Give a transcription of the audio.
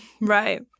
Right